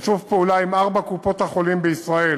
שיתוף פעולה עם ארבע קופות-החולים בישראל,